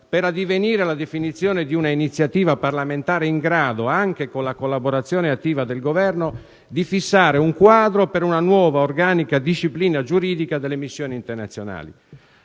per addivenire alla definizione di un'iniziativa parlamentare in grado, anche con la collaborazione attiva del Governo, di fissare il quadro per una nuova organica disciplina giuridica delle missioni internazionali.